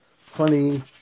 funny